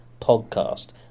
podcast